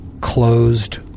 Closed